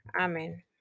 Amen